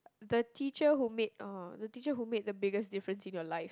the teacher who make !aww! the teacher who make the biggest different in your life